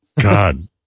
God